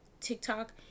TikTok